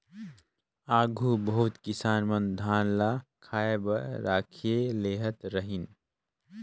आघु बहुत किसान मन धान ल खाए बर राखिए लेहत रहिन